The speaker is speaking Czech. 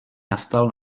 nastal